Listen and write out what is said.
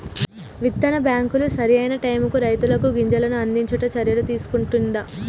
విత్తన బ్యాంకులు సరి అయిన టైముకు రైతులకు గింజలను అందిచేట్టు చర్యలు తీసుకుంటున్ది